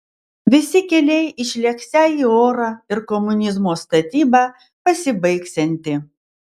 visi keliai išlėksią į orą ir komunizmo statyba pasibaigsianti